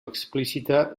explícita